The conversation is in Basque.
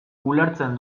ulertzen